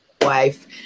wife